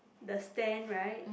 the stand right